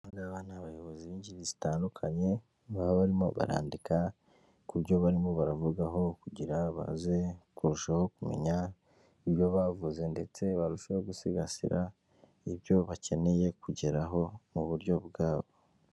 Aba ngaba ni abayobozi b'ingeri zitandukanye baba barimo barandika ku byo barimo baravugaho kugira baze kurushaho kumenya ibyo bavuze ndetse barushaho gusigasira ibyo bakeneye kugeraho mu buryo bwabo.